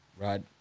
Right